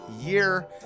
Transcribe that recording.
year